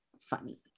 funny